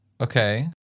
Okay